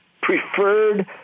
preferred